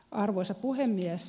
arvoisa puhemies